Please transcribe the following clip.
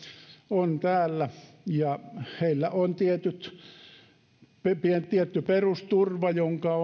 on täällä ja heillä on tietty perusturva jonka